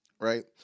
right